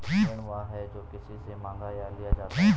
ऋण वह है, जो किसी से माँगा या लिया जाता है